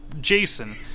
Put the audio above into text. Jason